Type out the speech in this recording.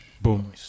Boom